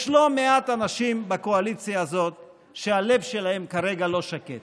יש לא מעט אנשים בקואליציה הזאת שהלב שלהם כרגע לא שקט